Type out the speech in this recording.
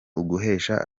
uguhesha